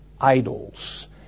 idols